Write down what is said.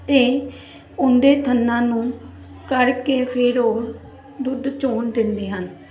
ਅਤੇ ਉਹਦੇ ਥਨਾਂ ਨੂੰ ਕਰਕੇ ਫਿਰ ਉਹ ਦੁੱਧ ਚੋਣ ਦਿੰਦੇ ਹਨ